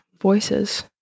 Voices